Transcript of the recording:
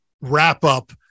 wrap-up